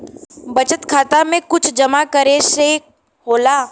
बचत खाता मे कुछ जमा करे से होला?